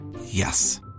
Yes